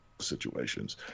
situations